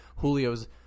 Julio's